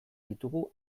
ditugu